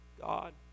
God